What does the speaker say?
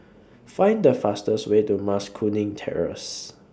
Find The fastest Way to Mas Kuning Terrace